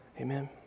Amen